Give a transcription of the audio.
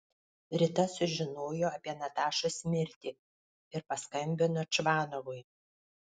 rita sužinojo apie natašos mirtį ir paskambino čvanovui